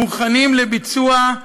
מוכנים לביצוע.